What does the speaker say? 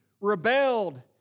rebelled